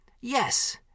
Yes